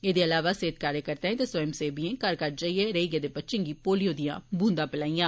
एदे इलावा सेहत कार्यकर्ताएं ते स्वंय सेवियें घर घर जाइयै रेई गेदे बच्चे गी पोलियो दियां बूंदां पलाइयां